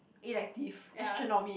elective astronomy